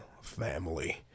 family